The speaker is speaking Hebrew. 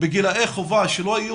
בגילאי חובה שלא היו